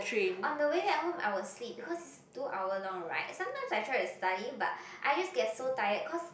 on the way back home I will sleep because it's two hour long right and sometimes I try to study but I just get so tired cause